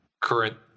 current